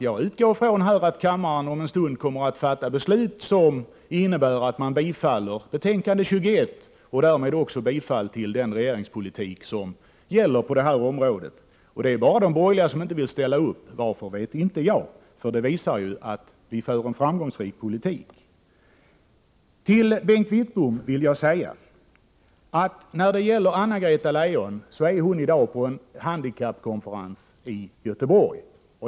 Jag utgår nämligen från att kammaren om en stund kommer att fatta beslut som innebär att man bifaller hemställan i arbetsmarknadsutskottets betänkande 21 och därmed godkänner den regeringspolitik som gäller på detta område. Det är bara de borgerliga som inte vill ställa sig bakom denna politik. Varför vet inte jag, eftersom detta visar att vi för en framgångsrik politik. Till Bengt Wittbom vill jag säga att Anna-Greta Leijon i dag är på en handikappkonferens i Göteborg.